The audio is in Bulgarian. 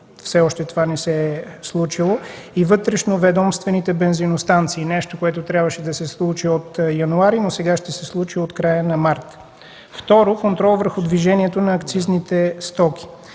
все още това не се е случило, и вътрешноведомствените бензиностанции – нещо, което трябваше да се случи от януари, но сега ще се случи от края на март. Второ, контрол върху движението на акцизните стоки.